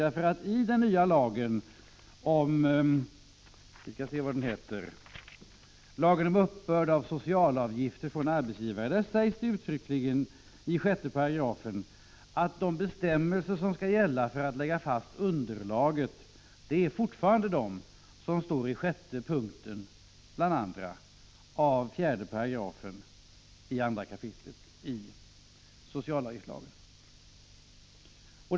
I 6 § den nya lagen om uppbörd av socialavgifter från arbetsgivaren sägs nämligen uttryckligen att de bestämmelser som skall gälla för att lägga fast underlaget är fortfarande de som står i 2 kap. 4 § 6 punkt socialavgiftslagen.